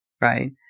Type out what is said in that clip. Right